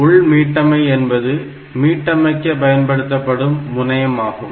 உள் மீட்டமை என்பது மீட்டமைக்க பயன்படுத்தப்படும் முனையம் ஆகும்